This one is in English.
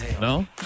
No